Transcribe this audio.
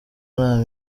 nta